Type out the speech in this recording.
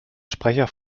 sprecher